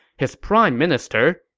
his prime minister,